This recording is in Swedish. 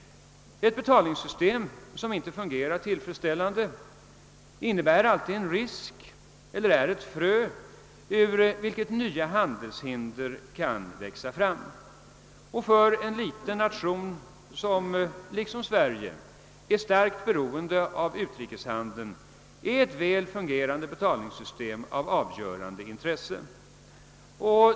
Ett betalningssystem som inte fungerar tillfredsställande innebär alltid en risk och kan betraktas som ett frö ur vilket nya handelshinder kan växa fram. För en liten nation som liksom Sverige är starkt beroende av utrikeshandeln är ett väl fungerande betalningssystem av avgörande betydelse.